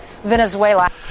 venezuela